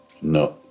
No